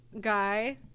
guy